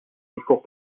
discours